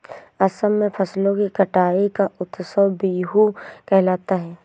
असम में फसलों की कटाई का उत्सव बीहू कहलाता है